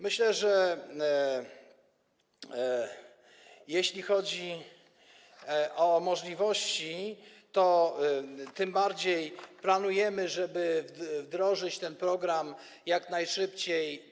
Myślę, że jeśli chodzi o możliwości, to tym bardziej planujemy, żeby wdrożyć ten program jak najszybciej.